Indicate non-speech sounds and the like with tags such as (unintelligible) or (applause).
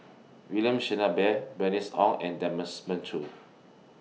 William Shellabear Bernice Ong and Demons (unintelligible) Choo